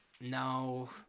no